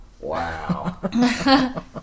Wow